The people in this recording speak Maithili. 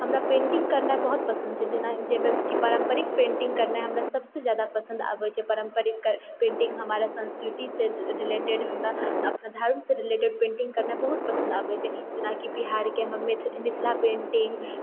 हमरा पेन्टिङ्ग करने बहुत पसन्द छै जेना जाहिमे कि पारम्परिक पेन्टिङ्ग करनाइ हमरा सबसँ जादा पसन्द आबैत छै पारम्परिक पेन्टिङ्ग हमरा सन्स्कृतिसँ रिलेटेड हमरा धर्मसँ रिलेटेड पेन्टिङ्ग करनाइ हमरा बहुत पसन्द आबैत छै जेनाकि बिहारके मिथिला पेन्टिङ्ग